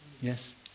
Yes